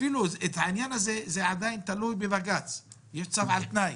העניין הזה עדיין תלוי בבג"ץ, יש צו על תנאי,